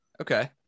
Okay